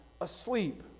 asleep